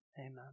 Amen